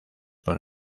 con